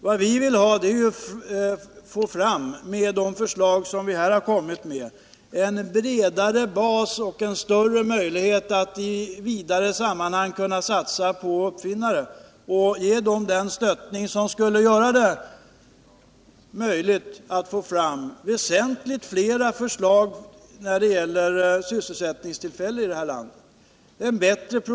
Vi vill med våra förslag få fram en bredare bas för och större möjligheter till att i vidare sammanhang kunna satsa på uppfinnare. Vi vill stötta dem i deras arbete på att få fram projekt som kan ge fler sysselsättningstillfällen här i landet.